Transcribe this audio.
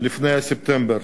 לפני ספטמבר.